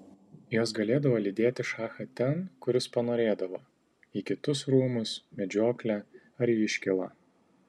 jos galėdavo lydėti šachą ten kur jis panorėdavo į kitus rūmus medžioklę ar iškylą